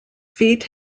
feat